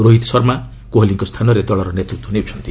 ରୋହିତ ଶର୍ମା କୋହିଲିଙ୍କ ସ୍ଥାନରେ ଦଳର ନେତୃତ୍ୱ ନେଇଛନ୍ତି